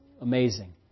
amazing